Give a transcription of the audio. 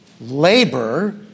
labor